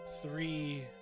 three